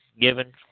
given